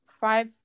five